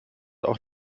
auch